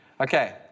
okay